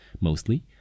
mostly